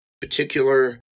particular